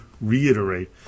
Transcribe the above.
reiterate